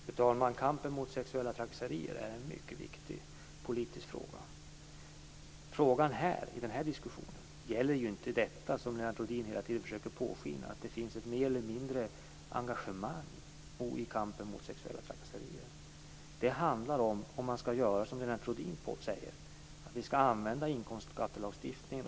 Fru talman! Kampen mot sexuella trakasserier är en mycket viktig politisk fråga. Frågan i den här diskussionen gäller inte, som Lennart Rohdin hela tiden försöker påskina, om det finns mer eller mindre engagemang i kampen mot sexuella trakasserier. Det handlar om ifall man skall göra som Lennart Rohdin säger, använda inkomstskattelagstiftningen.